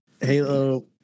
Halo